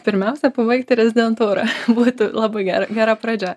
pirmiausia pabaigti rezidentūrą būtų labai gera gera pradžia